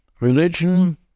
religion